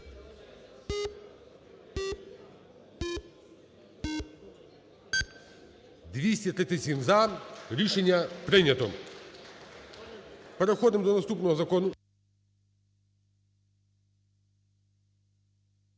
237-за. Рішення прийняте. Переходимо до наступного закону.